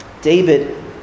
David